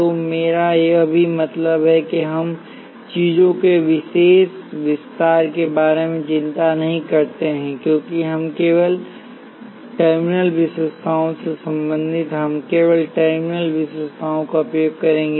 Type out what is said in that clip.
तो मेरा यह भी मतलब है कि हम चीजों के विशेष विस्तार के बारे में चिंता नहीं करते हैं क्योंकि हम केवल टर्मिनल विशेषताओं से संबंधित हैं हम केवल टर्मिनल विशेषताओं का उपयोग करेंगे